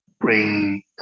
bring